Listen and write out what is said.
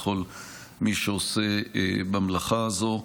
לכל מי שעושה במלאכה הזו.